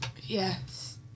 Yes